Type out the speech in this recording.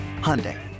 Hyundai